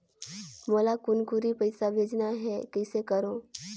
मोला कुनकुरी पइसा भेजना हैं, कइसे करो?